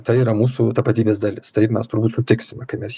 tai yra mūsų tapatybės dalis taip mes turbūt sutiksime kai mes